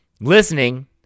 listening